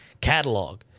catalog